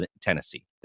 Tennessee